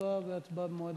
תשובה והצבעה במועד אחר.